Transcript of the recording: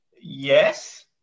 Yes